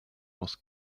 was